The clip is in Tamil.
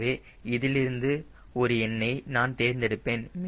எனவே இதிலிருந்து ஒரு எண்ணை நான் தேர்ந்தெடுப்பேன்